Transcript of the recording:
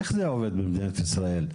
איך זה עובד במדינת ישראל?